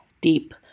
deep